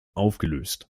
aufgelöst